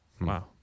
Wow